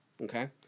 okay